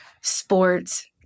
sports